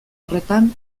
horretan